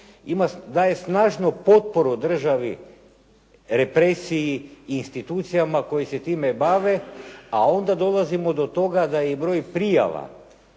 daje snažnu potporu državi represiji i institucijama koji se time bave, a onda dolazimo do toga da i broj prijava,